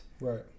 right